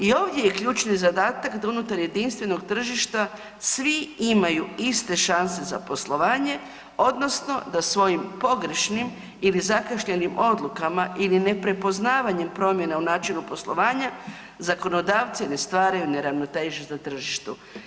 I ovdje je ključni zadatak da unutar jedinstvenog tržišta svi imaju iste šanse za poslovanje odnosno da svojim pogrešnim ili zakašnjelim odlukama ili neprepoznavanjem promjene u načinu poslovanja zakonodavci ne stvaraju neravnotežu na tržištu.